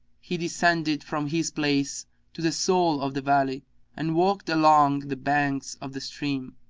he descended from his place to the sole of the valley and walked along the banks of the stream,